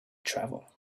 travel